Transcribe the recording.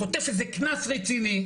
חוטף איזה קנס רציני?